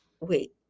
wait